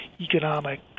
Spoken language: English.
Economic